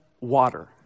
water